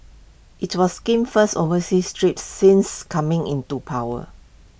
IT was Kim's first overseas trip since coming into power